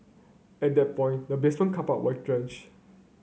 at that point the basement car park were drench